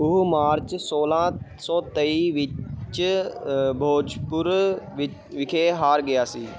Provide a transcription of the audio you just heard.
ਉਹ ਮਾਰਚ ਸੋਲਾਂ ਸੌ ਤੇਈ ਵਿੱਚ ਬੋਚਪੁਰ ਵਿ ਵਿਖੇ ਹਾਰ ਗਿਆ ਸੀ